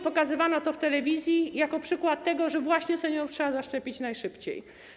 Pokazywano to w telewizji jako przykład tego, że właśnie seniorów trzeba zaszczepić najszybciej.